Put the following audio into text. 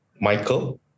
Michael